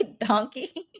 Donkey